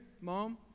mom